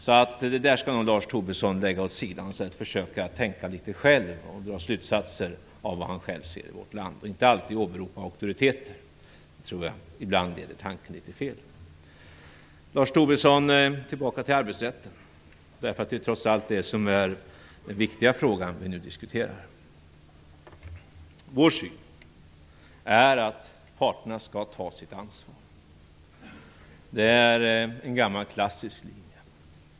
Det där skall nog Lars Tobisson lägga åt sidan och försöka tänka litet själv och dra slutsatser av vad han själv ser i vårt land och inte alltid åberopa auktoriteter. Det tror jag leder tanken litet fel ibland. Tillbaka till arbetsrätten, som trots allt är den viktiga frågan vi nu diskuterar. Vår syn är att parterna skall ta sitt ansvar. Det är en gammal klassisk linje.